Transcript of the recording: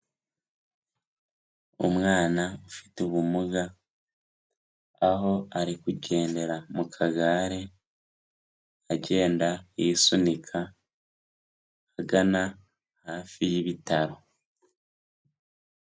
Umwana ufite ubumuga, aho ari kugendera mu kagare, agenda yisunika agana hafi y'ibitaro.